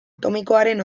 atomikoaren